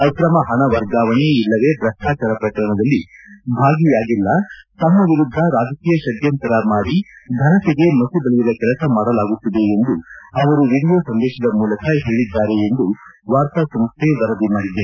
ಆಕ್ರಮ ಪಣ ವರ್ಗಾವಣೆ ಇಲ್ಲವೆ ಭ್ರಷ್ಟಚಾರ ಪ್ರಕರಣದಲ್ಲಿ ಭಾಗಿಯಾಗಿಲ್ಲ ತಮ್ಮ ವಿರುದ್ಧ ರಾಜಕೀಯ ಷಡ್ಯಂತರ ಮಾಡಿ ಫನತೆಗೆ ಮಸಿ ಬಳಿಯುವ ಕೆಲಸ ಮಾಡಲಾಗುತ್ತಿದೆ ಎಂದು ಅವರು ವಿಡಿಯೋ ಸಂದೇಶದ ಮೂಲಕ ಹೇಳಿದ್ದಾರೆ ಎಂದು ವಾರ್ತಾ ಸಂಸ್ಟೆ ವರದಿ ಮಾಡಿದೆ